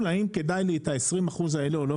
האם כדאי לו את ה-20 אחוזים האלה או לא.